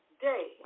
day